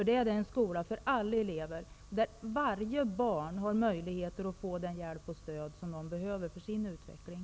Det är en skola för alla elever, en skola där alla barn har möjligheter att få den hjälp och det stöd som de behöver för sin utveckling.